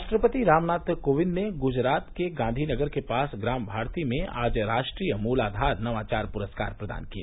राष्ट्रपति रामनाथ कोविंद ने गुजरात में गांधीनगर के पास ग्राम भारती में आज राष्ट्रीय मूलाधार नवाचार पुरस्कार प्रदान किए